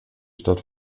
stadt